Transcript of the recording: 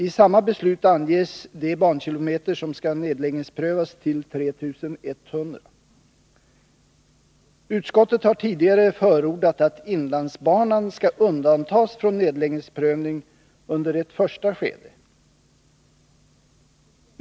I samma beslut anges de bankilometer som skall nedläggningsprövas till 3 100. Utskottet har tidigare förordat att inlandsbanan skall undantas från nedläggningsprövning under ett första skede.